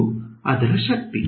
ಈದು ಅದರ ಶಕ್ತಿ